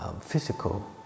physical